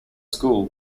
school